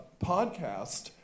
podcast